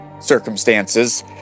circumstances